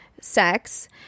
sex